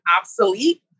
obsolete